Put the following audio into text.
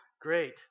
great